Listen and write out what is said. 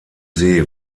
see